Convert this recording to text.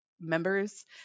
members